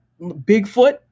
Bigfoot